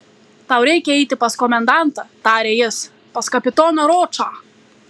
tau reikia eiti pas komendantą tarė jis pas kapitoną ročą